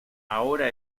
ahora